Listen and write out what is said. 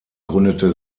gründete